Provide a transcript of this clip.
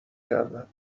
کردم